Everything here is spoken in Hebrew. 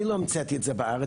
אני לא המצאתי את זה בארץ,